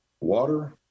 water